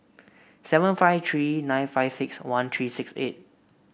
seven five three nine five six one three six eight